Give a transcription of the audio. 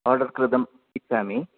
order कृतम् इच्छामि